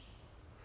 zap lor